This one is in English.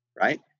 right